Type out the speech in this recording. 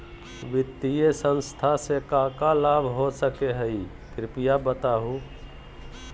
वित्तीय संस्था से का का लाभ हो सके हई कृपया बताहू?